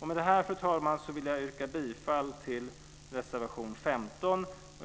Med det här, fru talman, vill jag yrka bilfall till reservation 15.